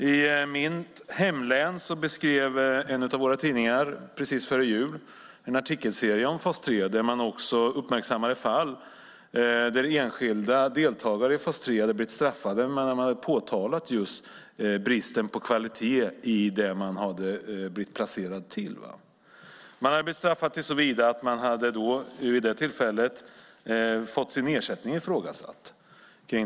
I mitt hemlän hade en av tidningarna precis före jul en artikelserie om fas 3 där de också uppmärksammade fall med enskilda deltagare i fas 3 som blivit straffade när de påtalat just bristen på kvalitet i det de hade blivit placerade i. De hade blivit straffade såtillvida att de vid tillfället fått sin ersättning ifrågasatt.